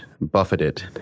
buffeted